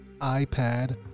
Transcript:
iPad